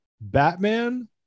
batman